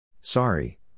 Sorry